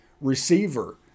receiver